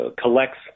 collects